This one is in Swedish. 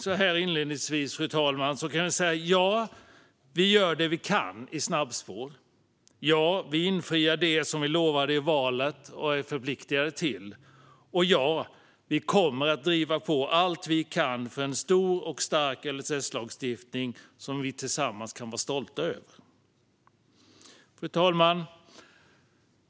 Så här i inledningen kan jag sammanfattningsvis säga följande: Ja, vi gör det vi kan i snabbspår. Ja, vi infriar det som vi lovade i valet och är förpliktade till. Ja, vi kommer att driva på allt vi kan för en stor och stark LSS-lagstiftning som vi tillsammans kan vara stolta över. Fru talman!